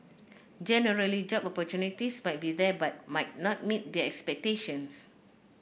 generally job opportunities might be there but might not meet their expectations